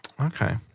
Okay